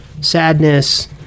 sadness